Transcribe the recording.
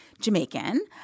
Jamaican